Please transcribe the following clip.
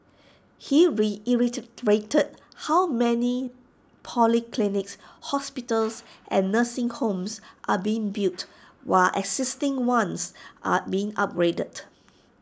he how many polyclinics hospitals and nursing homes are being built while existing ones are being upgraded